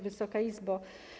Wysoka Izbo!